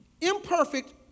Imperfect